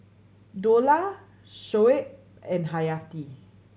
Dollah Shoaib and Hayati